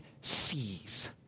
sees